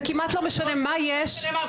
זה כמעט לא משנה --- זה לא מה שאני אמרתי,